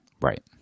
Right